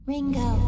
Ringo